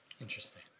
interesting